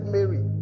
Mary